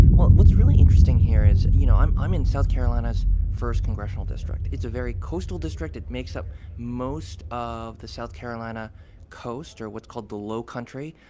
well, what's really interesting here is you know, i'm i'm in south carolina's first congressional district. it's a very coastal district. it makes up most of the south carolina coast, or what's called the low country,